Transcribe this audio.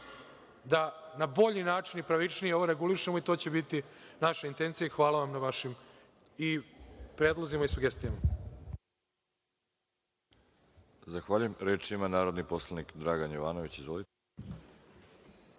da na bolji način i pravičnije ovo regulišemo i to će biti naša intencija, i hvala vam na vašim predlozima i sugestijama.